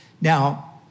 Now